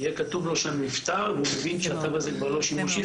כתוב לו שם "נפטר" והוא מבין שהתו הזה כבר לא שימושי.